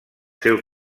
seus